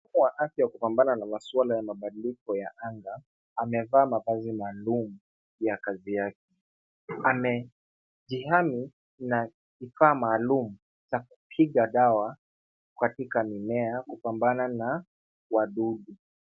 Mhudumu wa afya wa kupambana na maswala ya mabadiliko ya anga, amevaa mavazi maalum ya kazi yake. Amejihami na kifaa maalum cha kupiga dawa katika mimea kupambana na wadudu.